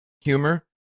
humor